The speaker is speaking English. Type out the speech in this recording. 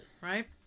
Right